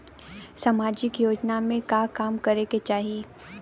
सामाजिक योजना में का काम करे के चाही?